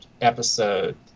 episode